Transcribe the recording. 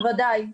בוודאי.